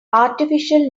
artificial